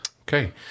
Okay